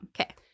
Okay